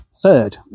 Third